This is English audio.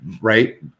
right